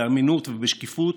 באמינות ובשקיפות,